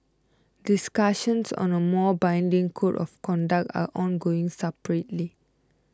discussions on a more binding Code of Conduct are ongoing separately